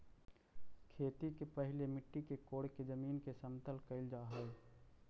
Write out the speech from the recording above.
खेती के पहिले मिट्टी के कोड़के जमीन के समतल कैल जा हइ